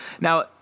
Now